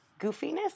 goofiness